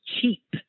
cheap